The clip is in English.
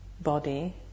body